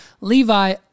Levi